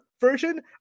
version